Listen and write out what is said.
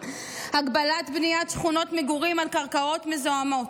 הגבלת בניית שכונות מגורים על קרקעות מזוהמות,